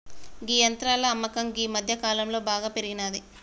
గీ యంత్రాల అమ్మకం గీ మధ్యకాలంలో బాగా పెరిగినాది